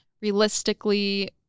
realistically